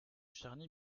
charny